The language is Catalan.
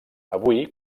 avui